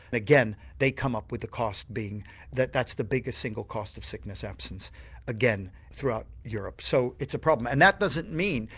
and again they come up with the cost being that that's the biggest single cost of sickness absence again throughout europe. so it's a problem and that doesn't mean,